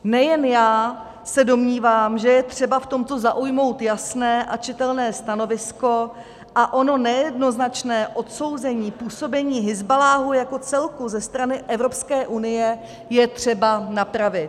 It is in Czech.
Nejen já se domnívám, že je třeba v tomto zaujmout jasné a čitelné stanovisko a ono nejednoznačné odsouzení působení Hizballáhu jako celku ze strany Evropské unie je třeba napravit.